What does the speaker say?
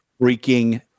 freaking